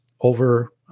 over